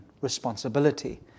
responsibility